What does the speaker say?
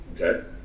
Okay